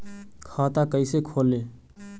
खाता कैसे खोले?